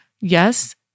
yes